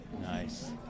Nice